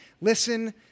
listen